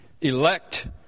elect